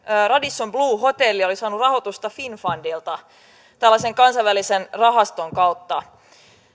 radisson blu hotelli oli saanut rahoitusta finnfundilta tällaisen kansainvälisen rahaston kautta